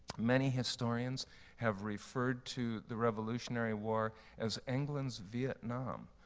many historians have referred to the revolutionary war as england's vietnam,